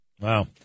Wow